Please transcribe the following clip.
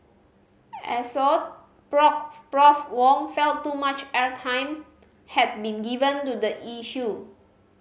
Assoc Prof Wong felt too much airtime had been given to the issue